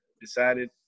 decided